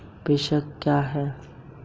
प्रेषण लेनदेन क्या है?